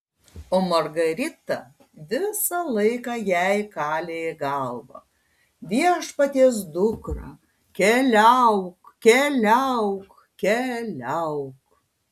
o margarita visą laiką jai kalė į galvą viešpaties dukra keliauk keliauk keliauk